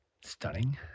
stunning